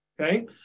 Okay